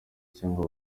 cyangwa